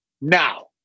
Now